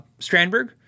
Strandberg